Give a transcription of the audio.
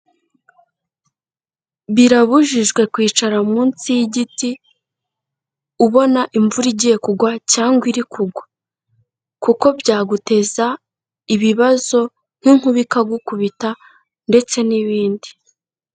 Birabujijwe kwicara munsi y'igiti, ubona imvura igiye kugwa cyangwa iri kugwa kuko byaguteza ibibazo nk'inkuba ikagukubita ndetse n'ibindi.